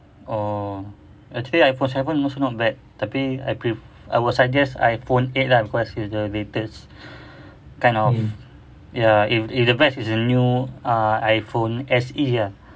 oh actually iphone seven also not bad tapi I pre~ I would suggest iphone eight ah because it's the latest kind of ya it it's the best it's the new iphone S_E ah